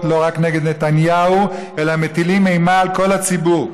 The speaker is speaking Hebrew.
לא רק נגד נתניהו אלא מטילות אימה על כל הציבור.